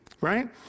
right